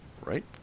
right